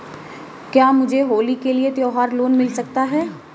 क्या मुझे होली के लिए त्यौहार लोंन मिल सकता है?